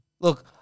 Look